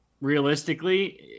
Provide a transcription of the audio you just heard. realistically